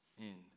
end